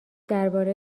درباره